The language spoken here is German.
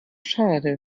schade